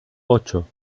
ocho